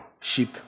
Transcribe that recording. sheep